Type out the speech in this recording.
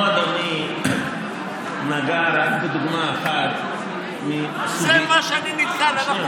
פה אדוני נגע רק בדוגמה אחת, זה מה שאני נתקל בו.